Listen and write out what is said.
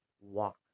walk